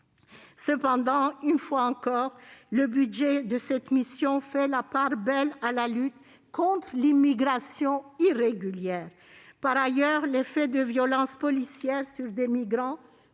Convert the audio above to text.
Cependant, une fois encore, le budget de cette mission fait la part belle à la lutte contre l'immigration irrégulière. Par ailleurs, les faits de violences policières sur des migrants,